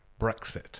Brexit